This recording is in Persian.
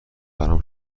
برام